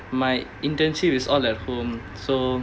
my internship is all at home so